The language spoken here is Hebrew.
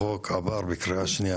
החוק עבר בקריאה שנייה,